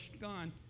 Gone